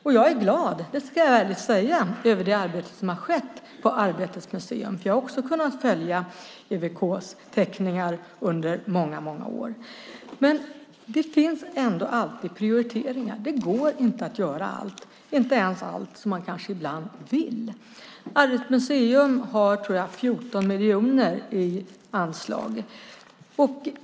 Jag ska ärligt säga att jag är glad över det arbetet som skett på Arbetets museum. Jag har också kunnat följa EWK:s teckningar under många år. Men det finns ändå alltid prioriteringar. Det går inte att göra allt, och ibland kanske inte ens allt som man vill. Arbetets museum har 14 miljoner i anslag, tror jag.